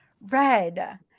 Red